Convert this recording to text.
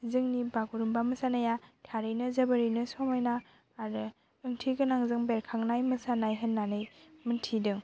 जोंनि बागुरुमबा मोसानाया थारैनो जोबोरैनो समायना आरो ओंथि गोनां जों बेरखांनाय मोसानाय होन्नानै मोन्थिदों